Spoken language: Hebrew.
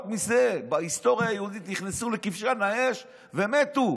מזה בהיסטוריה היהודית נכנסו לכבשן האש ומתו